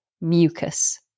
mucus